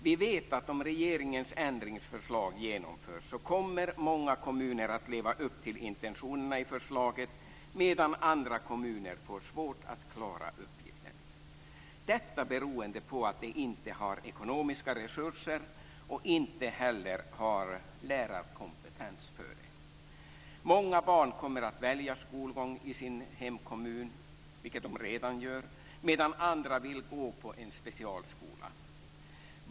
Vi vet att om regeringens ändringsförslag genomförs kommer många kommuner att leva upp till intentionerna i förslaget, medan andra kommuner får svårt att klara uppgiften - detta beroende på att de inte har ekonomiska resurser och inte heller har lärarkompetens för det. Många barn kommer att välja skolgång i sin hemkommun, vilket de redan gör, medan andra vill gå på en specialskola.